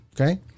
okay